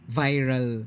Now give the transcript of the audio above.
viral